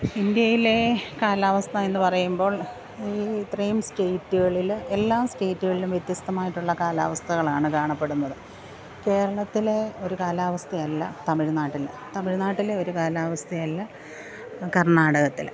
ഇന്ത്യയിലെ കാലാവസ്ഥയെന്ന് പറയുമ്പോള് ഈ ഇത്രയും സ്റ്റേറ്റുകളിൽ എല്ലാ സ്റ്റേറ്റുകളിലും വ്യത്യസ്തമായിട്ടുള്ള കാലാവസ്ഥകളാണ് കാണപ്പെടുന്നത് കേരളത്തിലെ ഒരു കാലാവസ്ഥയല്ല തമിഴ്നാട്ടില് തമിഴ്നാട്ടിലെ ഒരു കാലാവസ്ഥയല്ല കര്ണ്ണാടകത്തിൽ